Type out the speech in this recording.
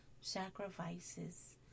sacrifices